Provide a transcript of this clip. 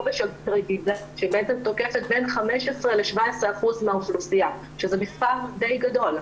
מדובר בשלפוחית רגיזה שתוקפת 15%-17% מהאוכלוסייה שזה מספר די גדול.